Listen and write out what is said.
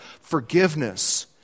forgiveness